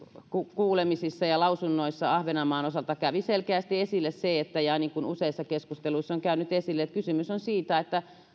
kuulemisissa ja lausunnoissa ahvenanmaan osalta kävi selkeästi esille se niin kuin useissa keskusteluissa on käynyt esille että kysymys on siitä että